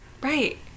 Right